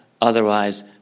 otherwise